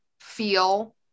feel